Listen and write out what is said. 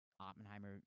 Oppenheimer